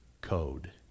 code